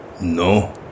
No